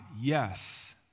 Yes